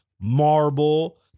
marble